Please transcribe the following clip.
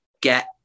get